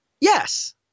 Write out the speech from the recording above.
Yes